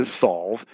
solve